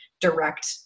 direct